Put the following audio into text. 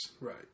right